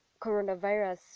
coronavirus